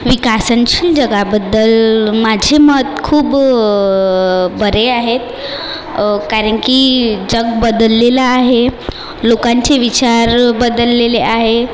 विकसनशील जगाबद्दल माझे मत खूप बरे आहे कारण की जग बदललेलं आहे लोकांचे विचार बदललेले आहे